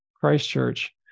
Christchurch